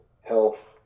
health